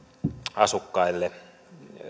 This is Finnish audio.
asukkaille